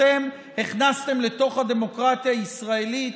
אתם הכנסתם לתוך הדמוקרטיה הישראלית,